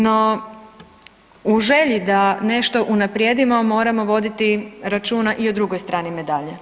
No, u želji da nešto unaprijedimo moramo voditi računa i o drugoj strani medalje.